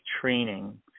training